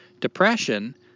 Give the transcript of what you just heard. Depression